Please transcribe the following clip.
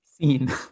Scene